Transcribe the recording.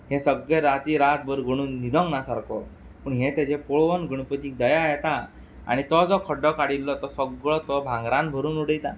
हें सगळें राती रातभर गणू न्हिदोंक ना सारको पूण हें तेजें पळोवून गणपतीक दया येता आनी तो जो कड्डो काडिल्लो तो सगळो तो भांगरान भरून उडयता